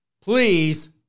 Please